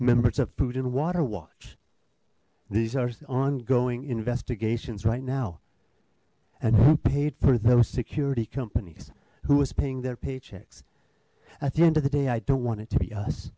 members of food and water watch these are ongoing investigations right now and who paid for those security companies who was paying their paychecks at the end of the day i don't want it to